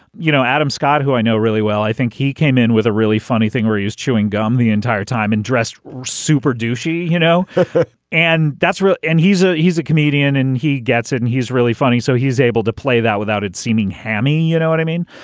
you know adam scott who i know really well i think he came in with a really funny thing where he was chewing gum the entire time and dressed super duty you know and that's real. and he's a he's a comedian and he gets it and he's really funny so he's able to play that without it seeming hammy. you know what i mean.